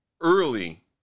early